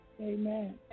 Amen